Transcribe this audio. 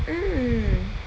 mm